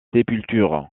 sépultures